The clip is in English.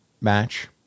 match